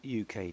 uk